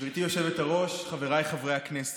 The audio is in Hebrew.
גברתי היושבת-ראש, חבריי חברי הכנסת,